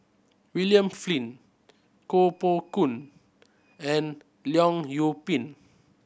William Flint Koh Poh Koon and Leong Yoon Pin